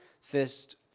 first